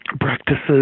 practices